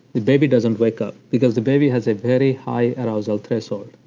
the baby doesn't wake up, because the baby has a very high arousal threshold.